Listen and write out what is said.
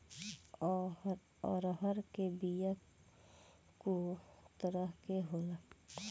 अरहर के बिया कौ तरह के होला?